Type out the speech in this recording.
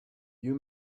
you